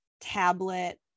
tablet